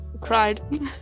cried